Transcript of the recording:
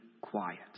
quiet